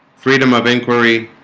freedom of inquiry